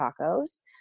tacos